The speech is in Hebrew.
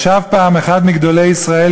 ישב פעם אחד מגדולי ישראל,